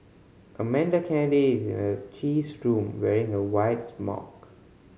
Amanda Kennedy is in her cheese room wearing a white smock